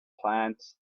plants